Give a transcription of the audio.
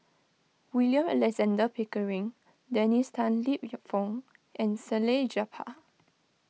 William Alexander Pickering Dennis Tan Lip your Fong and Salleh Japar